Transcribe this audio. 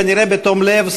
כנראה בתום לב,